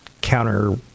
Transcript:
counter